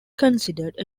considered